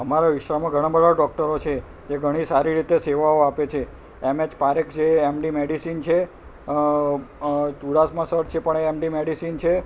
અમારા વિસ્તારમાં ઘણા બધા ડોક્ટરો છે જે ઘણી સારી રીતે સેવાઓ આપે છે એમ એચ પારેખ છે એમડી મેડિસિન છે ચુડાસમા સર છે પણ એ એમડી મેડિસિન છે